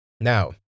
Now